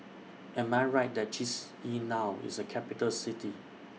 Am I Right that Chisinau IS A Capital City